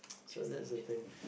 so that's the thing